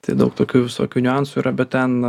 tai daug tokių visokių niuansų yra bet ten